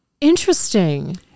Interesting